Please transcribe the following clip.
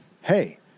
Hey